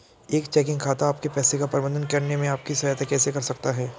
एक चेकिंग खाता आपके पैसे का प्रबंधन करने में आपकी सहायता कैसे कर सकता है?